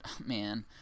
man